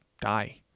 die